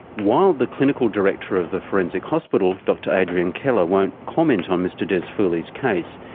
while the clinical director of the forensic hospital, dr adrian keller, won't comment on mr dezfouli's case,